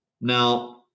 Now